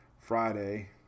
Friday